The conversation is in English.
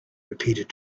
repeated